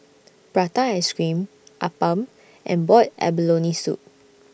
Prata Ice Cream Appam and boiled abalone Soup